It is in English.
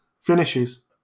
finishes